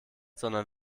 sondern